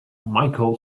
michael